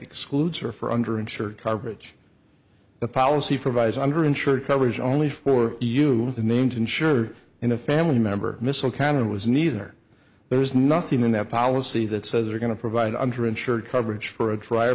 excludes are for under insured coverage the policy provides under insured coverage only for you the named insurer in a family member missile canada was neither there is nothing in that policy that says they're going to provide under insured coverage for a